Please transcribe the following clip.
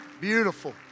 Beautiful